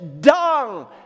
dung